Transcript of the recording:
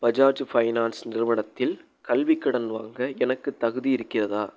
Bajaj finance நிறுவனத்தில் கல்விக் கடன் வாங்க எனக்குத் தகுதி இருக்கிறதா